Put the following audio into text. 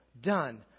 done